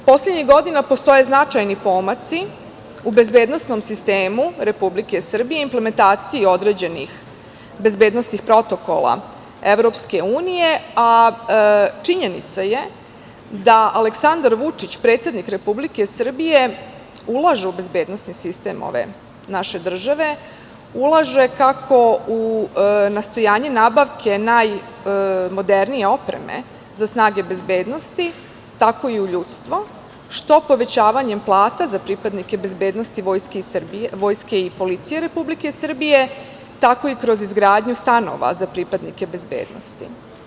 Poslednjih godina postoje značajni pomaci u bezbednosnom sistemu Republike Srbije, implementaciji određenih bezbednosnih protokola EU, a činjenica je da Aleksandar Vučić, predsednik Republike Srbije ulaže u bezbednosni sistem ove naše države, ulaže kako u nastojanje nabavke najmodernije opreme za snage bezbednosti, tako i u ljudstvo, što povećavanjem plata za pripadnike bezbednosti, vojske i policije Republike Srbije tako i kroz izgradnju stanova za pripadnike bezbednosti.